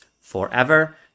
forever